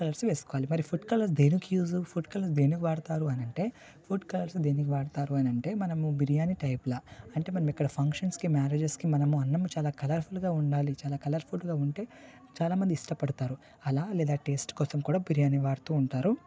food colours వేసుకోవాలి మరి food colour దేనికి యూస్ ఫుడ్ కలర్స్ దేనికి వాడతారు అని అంటే ఫుడ్ కలర్స్ దేనికి వాడతారు అని అంటే మనము బిర్యానీ టైపుల అంటే మనము ఇక్కడ ఫంక్షన్స్కి మ్యారేజస్కి మనము అన్నం చాలా కలర్ఫుల్గా ఉండాలి చాలా కలర్ఫుల్గా ఉంటే చాలామంది ఇష్టపడతారు అలా లేదా టేస్ట్ కోసం కూడా బిర్యానీ వాడుతు ఉంటారు